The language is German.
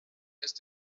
ist